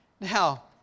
Now